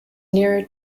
nearer